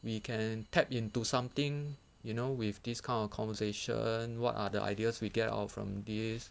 we can tap into something you know with this kind of conversation what are the ideas we get out from this